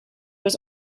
was